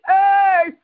Hey